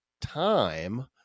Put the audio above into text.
time